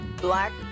black